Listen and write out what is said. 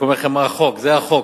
אני רק אומר לכם מה החוק, זה החוק,